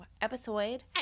episode